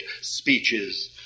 speeches